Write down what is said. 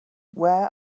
where